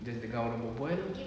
just the gaul moment